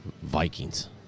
Vikings